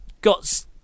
got